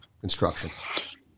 construction